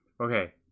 Okay